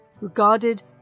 regarded